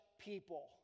people